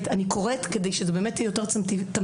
אני קוראת כדי שזה באמת יהיה יותר תמציתי,